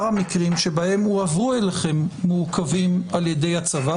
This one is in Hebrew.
המקרים שבהם הועברו אליכם מעוכבים על ידי הצבא,